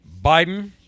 Biden